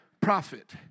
prophet